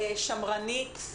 שמרנית,